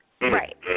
Right